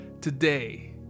Today